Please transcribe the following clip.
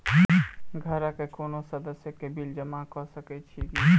घरक कोनो सदस्यक बिल जमा कऽ सकैत छी की?